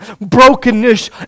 brokenness